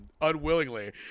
unwillingly